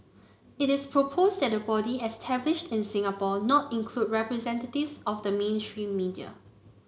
it is proposed that the body established in Singapore not include representatives of the mainstream media